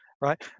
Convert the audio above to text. right